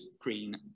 green